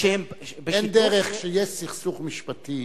אין דרך שיהיה סכסוך משפטי,